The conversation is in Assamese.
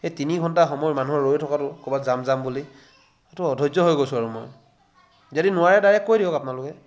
এই তিনি ঘণ্টা সময় মানুহৰ ৰৈ থকাটো ক'ৰবাত যাম যাম বুলি এইটো অধৈয্য হৈ গৈছোঁ আৰু মই যদি নোৱাৰে ডাইৰেক্ট কৈ দিয়ক আপোনালোকে